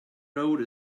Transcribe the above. road